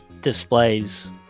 displays